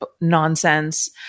nonsense